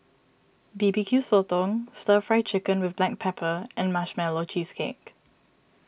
B B Q Sotong Stir Fry Chicken with Black Pepper and Marshmallow Cheesecake